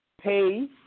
Pay